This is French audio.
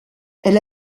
elle